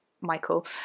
Michael